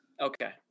Okay